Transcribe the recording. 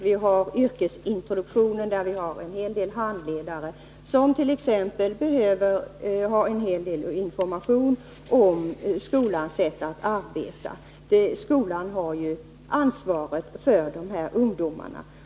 Vi har yrkesintroduktionen, där en hel del handledare behöver ha information om skolans sätt att arbeta. Skolan har ju ansvaret för de här ungdomarna.